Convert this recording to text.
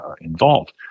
involved